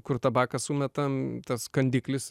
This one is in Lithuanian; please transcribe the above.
kur tabaką sumetam tas kandiklis